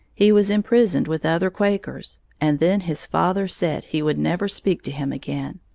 he was imprisoned with other quakers, and then his father said he would never speak to him again.